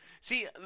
See